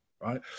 right